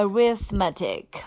Arithmetic